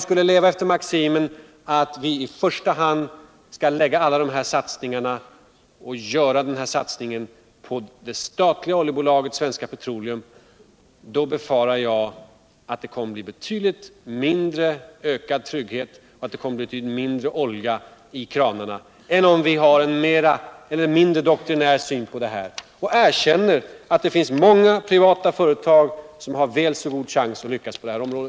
Skall vi leva efter maximen att i första hand satsa allt på det statliga oljebolaget Svenska Petroleum, då befarar jag att det ger betydligt mindre trygghet och mindre olja i kranarna än om vi har en mindre doktrinär syn och erkänner att det finns många privatföretag som har väl så god chans att lyckas på detta område.